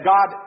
God